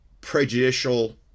prejudicial